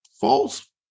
false